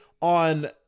On